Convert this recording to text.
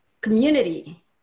community